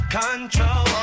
control